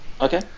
Okay